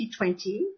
2020